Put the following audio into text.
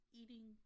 eating